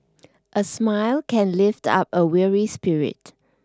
a smile can lift up a weary spirit